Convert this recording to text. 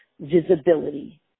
visibility